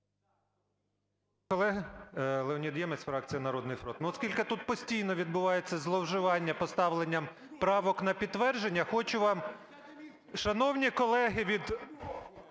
Колеги! Леонід Ємець, фракція "Народний фронт". Ну, оскільки тут постійно відбувається зловживання поставленням правок на підтвердження, хочу вам… Шановні колеги від…